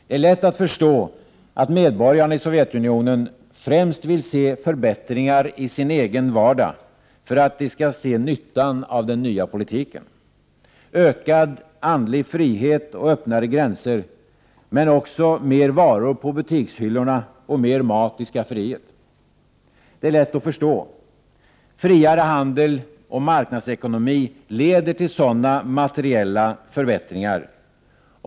Det är lätt att förstå att medborgarna i Sovjetunionen främst vill se förbättringar i sin egen vardag för att de skall se nyttan av den nya politiken; ökad andlig frihet och öppnare gränser, men också mer varor på butikshyllorna och mer mat i skafferiet. Det är lätt att förstå. Friare handel och marknadsekonomi leder till sådana materiella förbättringar.